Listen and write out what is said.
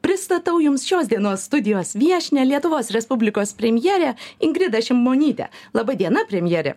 pristatau jums šios dienos studijos viešnią lietuvos respublikos premjerę ingridą šimonytę laba diena premjere